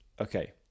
okay